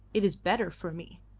it is better for me.